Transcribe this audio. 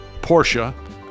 Porsche